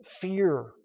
fear